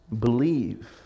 Believe